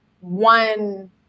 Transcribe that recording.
one